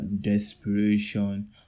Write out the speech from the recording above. desperation